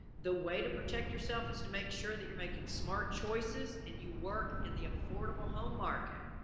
the way to protect yourself is to make sure that you're making smart choices and you work in the affordable home market.